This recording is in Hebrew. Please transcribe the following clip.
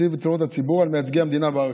על מייצגי המדינה בערכאות.